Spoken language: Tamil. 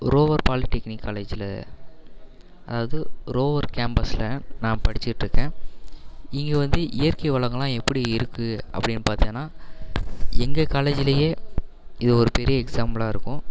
ரோவர் பாலிடெக்னிக் காலேஜில் அதாவது ரோவர் கேம்பஸில் நான் படிச்சிக்கிட்ருக்கேன் இங்கே வந்து இயற்கை வளங்கள்லாம் எப்படி இருக்குது அப்படின்னு பார்த்தீங்கன்னா எங்கள் காலேஜுலேயே இது ஒரு பெரிய எக்ஸாம்பிளாக இருக்கும்